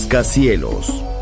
cielos